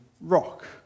rock